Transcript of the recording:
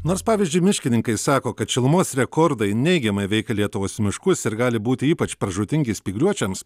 nors pavyzdžiui miškininkai sako kad šilumos rekordai neigiamai veikia lietuvos miškus ir gali būti ypač pražūtingi spygliuočiams